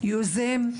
יוזם,